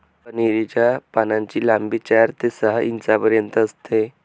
कन्हेरी च्या पानांची लांबी चार ते सहा इंचापर्यंत असते